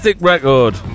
record